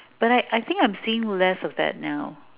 like I think I'm seeing less of that now